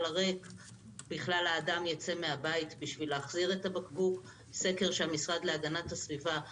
הריק הוא בכלל ייצא מהבית בשביל להחזיר את הבקבוק בשביל 30 אגורות?